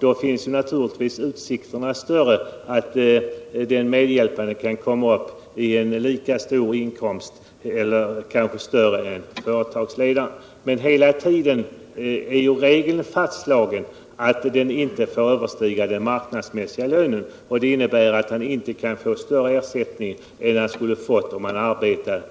Då är naturligtvis utsikterna större att medhjälparen kan komma upp i en lika stor inkomst som företagsledaren, eller kanske större inkomst. Men hela tiden gäller att lönen inte får överstiga den marknadsmässiga lönen, vilket innebär all han inte kan få större ersättning än om han hade arbetat